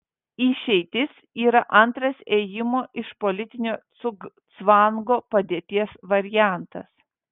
išeitis yra antras ėjimo iš politinio cugcvango padėties variantas